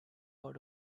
out